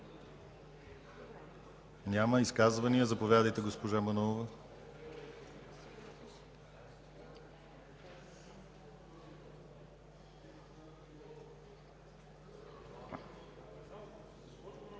Няма. Изказвания? Заповядайте, госпожо Манолова.